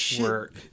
work